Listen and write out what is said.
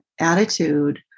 attitude